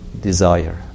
desire